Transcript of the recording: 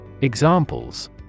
Examples